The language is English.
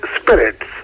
spirits